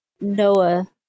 Noah